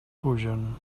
fugen